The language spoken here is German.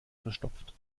verstopft